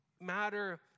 matter